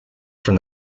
from